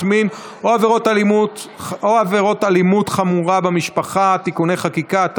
מין או עבירות אלימות חמורה במשפחה) (תיקוני חקיקה),